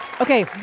Okay